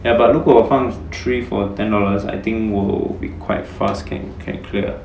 ya but 如果我放 three for ten dollars I think will be quite fast can can clear